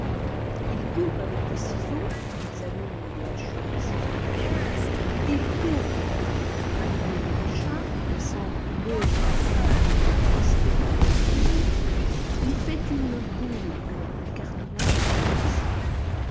il coupe avec des ciseaux examine les hachures des ciseaux il coupe la partie maculée de l'écharpe laissant l'autre sans doute aux mains crispées de la victime il fait une boule avec le cartonnage du pâtissier